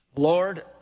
Lord